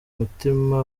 mutima